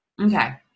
Okay